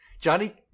Johnny